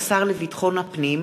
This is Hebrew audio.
איציק שמולי,